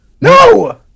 No